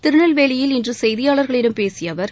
திருநெல்வேலியில் இன்று செய்தியாளர்களிடம் பேசிய அவர்